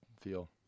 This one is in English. feel